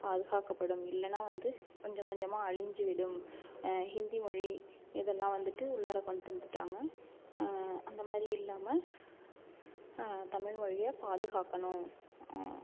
பாதுகாக்கப்படும் இல்லைன்னா வந்து கொஞ்சம் கொஞ்சமாக அழிஞ்சி விடும் ஹிந்தி மொழி இதெல்லாம் வந்துட்டு உள்ளார கொண்டுட்டு வந்துட்டாங்க அந்தமாதிரி இல்லாமல் தமிழ்மொழிய பாதுகாக்கணும்